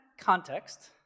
context